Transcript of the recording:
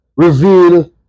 reveal